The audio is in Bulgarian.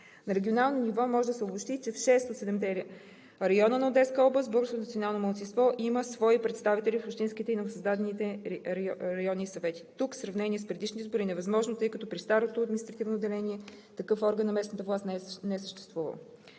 На регионално ниво може да се обобщи, че в шест от седемте района на Одеска област българското национално малцинство има свои представители в общинските и новосъздадените районни съвети. Тук сравнение с предишни избори е невъзможно, тъй като при старото административно деление такъв орган на местната власт не е съществувал.